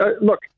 Look